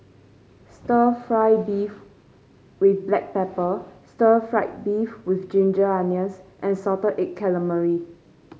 stir fry beef with Black Pepper Stir Fried Beef with Ginger Onions and Salted Egg Calamari